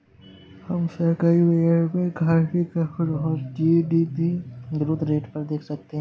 हम सरकारी बजट में घाटे का प्रभाव जी.डी.पी ग्रोथ रेट पर देख सकते हैं